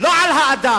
לא על האדם,